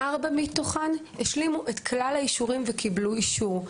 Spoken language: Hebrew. ארבע מתוכן השלימו את כלל האישורים וקיבלו אישור.